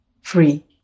free